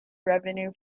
revenue